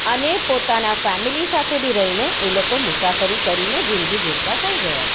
અને પોતાના ફેમિલી સાથે બી રહીને એ લોકો મુસાફરી કરીને જિંદગી જીવતા થઈ ગયા છે